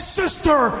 sister